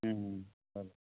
বাৰু